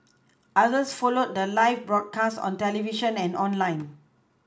others followed the live broadcast on television and online